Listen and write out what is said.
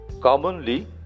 Commonly